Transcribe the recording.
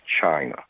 China